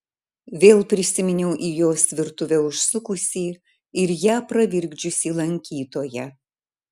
vėl prisiminiau į jos virtuvę užsukusį ir ją pravirkdžiusį lankytoją